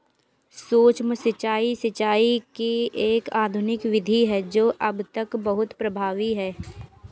सूक्ष्म सिंचाई, सिंचाई की एक आधुनिक विधि है जो अब तक बहुत प्रभावी है